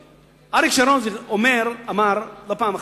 אריק שרון אמר לא פעם,